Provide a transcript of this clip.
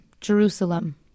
Jerusalem